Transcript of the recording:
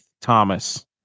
Thomas